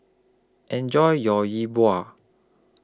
Enjoy your Yi Bua